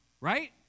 right